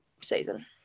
season